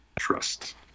Trust